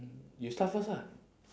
you start first ah